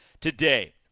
today